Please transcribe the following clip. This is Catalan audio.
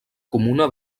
comuna